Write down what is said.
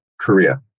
Korea